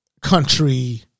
country